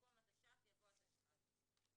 במקום "התש"ף" יבוא "התשע"ט".".